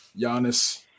Giannis